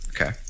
Okay